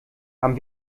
haben